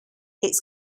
its